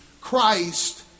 Christ